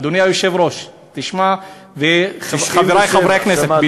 אדוני היושב-ראש, תשמע, וחברי חברי הכנסת.